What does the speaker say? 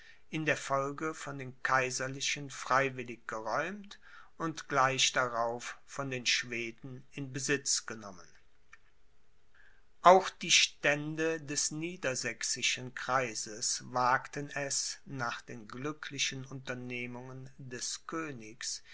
in der folge von den kaiserlichen freiwillig geräumt und gleich darauf von den schweden in besitz genommen auch die stände des niedersächsischen kreises wagten es nach den glücklichen unternehmungen des königs